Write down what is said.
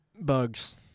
Bugs